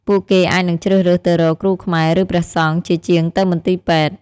ពួកគេអាចនឹងជ្រើសរើសទៅរក គ្រូខ្មែរ ឬព្រះសង្ឃ ជាជាងទៅមន្ទីរពេទ្យ។